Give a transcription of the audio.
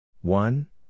one